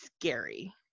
scary